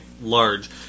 large